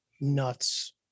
nuts